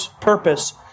purpose